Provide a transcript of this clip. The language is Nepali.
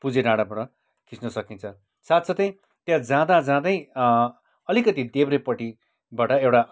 पुजे डाँडाबाट खिच्न सकिन्छ साथसाथै त्यहाँ जाँदाजाँदै अलिकति देब्रेपट्टिबाट एउटा